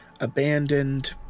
abandoned